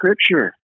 scripture